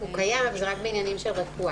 הוא קיים אבל רק בעניינים של רפואה.